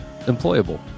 employable